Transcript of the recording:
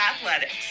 Athletics